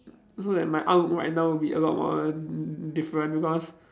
so that my outlook right now would be a lot more different because